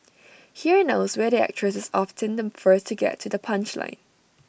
here and elsewhere the actress is often the first to get to the punchline